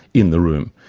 in the room,